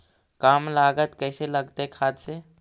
कम लागत कैसे लगतय खाद से?